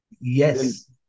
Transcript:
Yes